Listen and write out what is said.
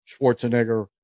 Schwarzenegger